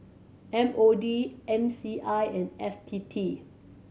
M O D M C I and F T T